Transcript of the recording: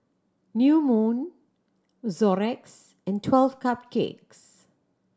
New Moon Xorex and Twelve Cupcakes